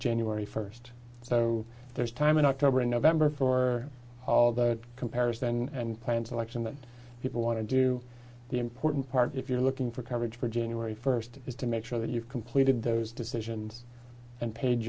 january first so there's a time in october november for all that comparison and plan selection that people want to do the important part if you're looking for coverage for january first is to make sure that you've completed those decisions and paid